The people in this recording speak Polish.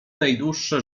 najdłuższe